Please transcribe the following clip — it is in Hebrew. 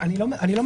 אני לא מבין.